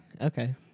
Okay